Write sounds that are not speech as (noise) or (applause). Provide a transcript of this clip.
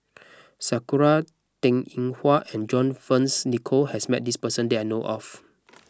(noise) Sakura Teng Ying Hua and John Fearns Nicoll has met this person that I know of